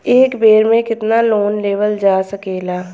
एक बेर में केतना लोन लेवल जा सकेला?